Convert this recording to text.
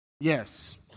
Yes